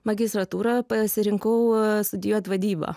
magistratūrą pasirinkau studijuot vadybą